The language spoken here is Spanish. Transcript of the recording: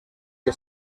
que